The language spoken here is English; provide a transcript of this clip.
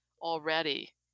already